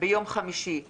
ביום חמישי ו'